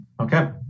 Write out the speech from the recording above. Okay